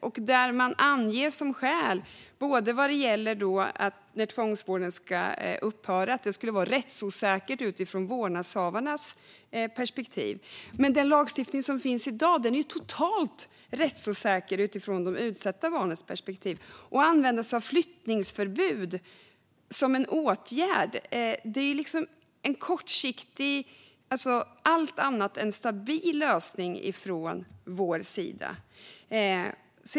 Vad gäller när tvångsvården ska upphöra anger man som skäl att det skulle vara rättsosäkert utifrån vårdnadshavarnas perspektiv. Men den lagstiftning som finns i dag är ju totalt rättsosäker utifrån de utsatta barnens perspektiv. Att använda sig av flyttförbud som en åtgärd är en kortsiktig och allt annat än stabil lösning från vår sida.